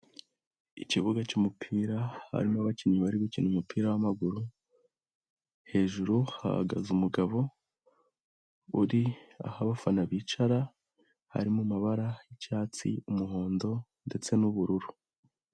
Ikibuga cy'umupira harimo abakinnyi bari gukina umupira w'amaguru, hejuru hahagaze umugabo uri aho abafana bicara, hari mu mabara y'icyatsi, umuhondo ndetse n'ubururu.